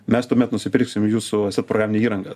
mes tuomet nusipirksim jūsų set programinę įrangą